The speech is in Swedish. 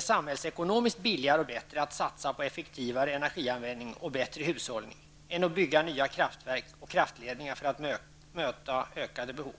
samhällsekonomiskt billigare och bättre att satsa på effektivare energianvändning och bättre hushållning än att bygga nya kraftverk och kraftledningar för att möta ökade behov.